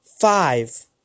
five